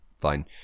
fine